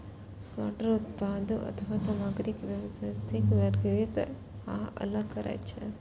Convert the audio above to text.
sorter उत्पाद अथवा सामग्री के व्यवस्थित, वर्गीकृत आ अलग करै छै